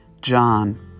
John